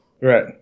Right